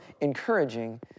encouraging